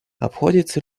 обходится